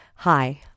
Hi